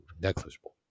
negligible